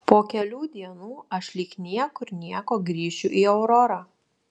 po kelių dienų aš lyg niekur nieko grįšiu į aurorą